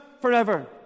forever